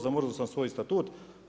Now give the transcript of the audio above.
Zamrznuo sam svoj statut.